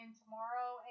tomorrow